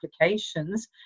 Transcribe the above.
applications